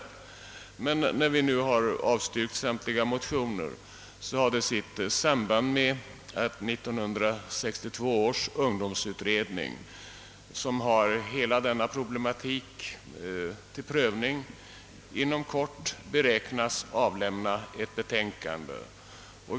Att vi nu har avstyrkt samt liga motioner har samband med att 1962 års ungdomsutredning, som har hela denna problematik till prövning, inom kort beräknas avlämna sitt betänkande.